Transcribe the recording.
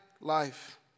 life